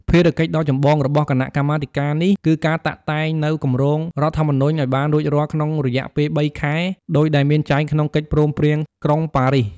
ភារកិច្ចដ៏ចម្បងរបស់ គណៈកម្មាធិការនេះ គឺការតាក់តែងនូវគម្រោងរដ្ឋធម្មនុញ្ញឱ្យបានរួចរាល់ក្នុងរយៈពេលបីខែ ដូចដែលមានចែងក្នុងកិច្ចព្រមព្រៀងក្រុងប៉ារីស។